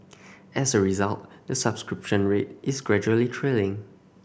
as a result the subscription rate is gradually trailing